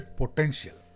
potential